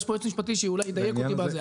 יש פה יועץ משפטי שאולי ידייק אותי בזה.